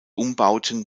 umbauten